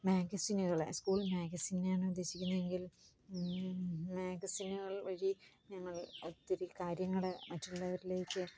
മാഗസിനുകൾ school മാഗസിനെയാണ് ഉദേശിക്കുന്നതെങ്കില് മാഗസിനുകൾ വഴി ഞങ്ങള് ഒത്തിരി കാര്യങ്ങൾ മറ്റുള്ളവരിലേക്ക്